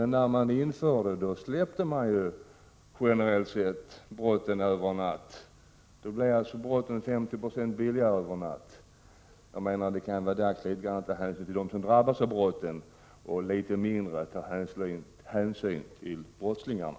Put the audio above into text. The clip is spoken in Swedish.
När detta infördes blev brotten 50 20 ”billigare” över en natt. Jag menar att det nu kan vara dags att mera ta hänsyn till dem som drabbas av brotten och litet mindre ta hänsyn till brottslingarna.